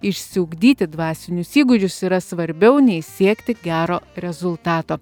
išsiugdyti dvasinius įgūdžius yra svarbiau nei siekti gero rezultato